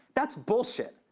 that's bullshit.